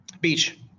Beach